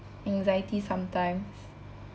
anxiety sometimes